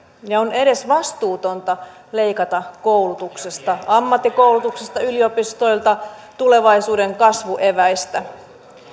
ja on edesvastuutonta leikata koulutuksesta ammattikoulutuksesta yliopistoilta tulevaisuuden kasvueväistä